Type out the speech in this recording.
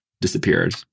disappeared